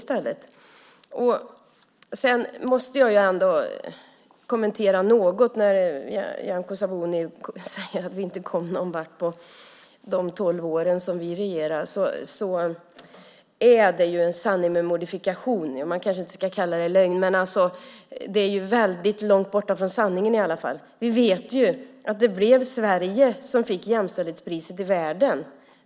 Jag måste ändå kommentera när nu Nyamko Sabuni säger att vi inte kom någon vart under de tolv år som vi regerade. Det är en sanning med modifikation. Man kanske inte ska kalla det lögn, men det är långt bort från sanningen. Vi vet att Sverige fick jämställdhetspriset i världen.